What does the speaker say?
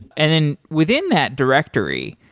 and then within that directory,